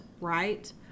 right